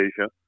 Asia